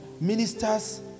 ministers